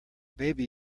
baby